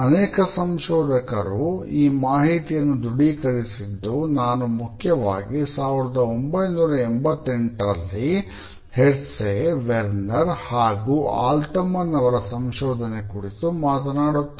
ಅನೇಕ ಸಂಶೋಧಕರು ಈ ಮಾಹಿತಿಯನ್ನು ಧೃಡೀಕರಿಸಿದ್ದು ನಾನು ಮುಖ್ಯವಾಗಿ 1988 ರಲ್ಲಿ ಹೆಸ್ಸೆ ವೆರ್ನೆರ್ ಅವರ ಸಂಶೋಧನೆ ಕುರಿತು ಮಾತನಾಡುತ್ತೇನೆ